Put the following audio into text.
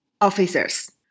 officers